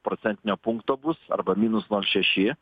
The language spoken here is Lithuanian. procentinio punkto bus arba minus nol šeši